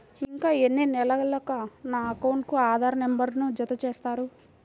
ఇంకా ఎన్ని నెలలక నా అకౌంట్కు ఆధార్ నంబర్ను జత చేస్తారు?